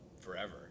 forever